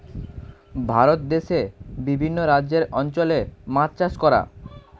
ভারত দেশে বিভিন্ন রাজ্যের অঞ্চলে মাছ চাষ করা